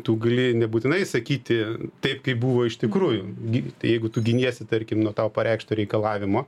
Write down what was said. tu gali nebūtinai sakyti taip kaip buvo iš tikrųjų gi jeigu tu giniesi tarkim nuo tau pareikšto reikalavimo